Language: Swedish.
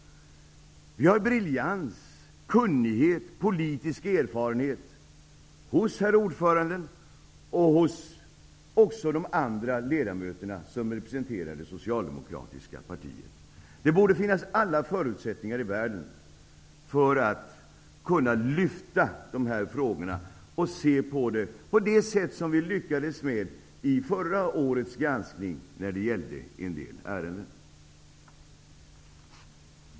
I konstitutionsutskottet har vi briljans, kunnighet och politisk erfarenhet hos herr ordföranden och också hos de andra ledamöterna som representerar det socialdemokratiska partiet. Det borde finnas alla förutsättningar i världen för att kunna lyfta dessa frågor och se på dem på det sätt som vi lyckades med i förra årets granskning när det gällde en del ärenden.